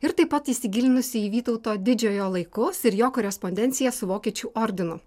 ir taip pat įsigilinusi į vytauto didžiojo laikus ir jo korespondenciją su vokiečių ordinu